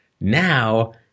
now